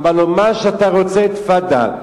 אמר לו: מה שאתה רוצה, תפאדל.